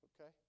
Okay